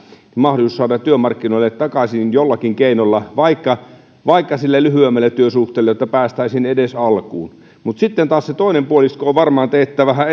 työmarkkinoille takaisin jollakin keinolla vaikka vaikka sille lyhyemmälle työsuhteelle jotta päästäisiin edes alkuun mutta sitten taas se toinen puolisko varmaan teettää vähän